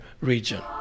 region